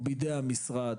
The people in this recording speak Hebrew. הוא בידי המשרד,